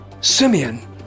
Simeon